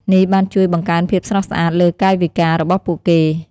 នេះបានជួយបង្កើនភាពស្រស់ស្អាតលើកាយវិការរបស់ពួកគេ។